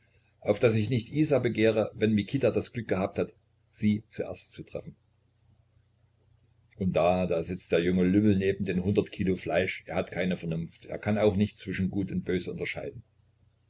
auf daß ich nicht isa begehre wenn mikita das glück gehabt hat sie zuerst zu treffen und da da sitzt der junge lümmel neben den hundert kilo fleisch er hat keine vernunft er kann auch nicht zwischen gut und böse unterscheiden